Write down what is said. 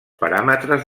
paràmetres